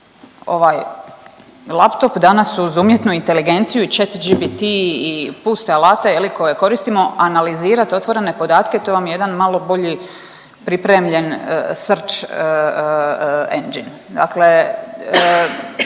ovaj laptop danas uz umjetnu inteligenciju 4GBT i puste alate je li koje koristimo. Analizirati otvorene podatke to vam je jedan malo boje pripremljen search engine. Dakle,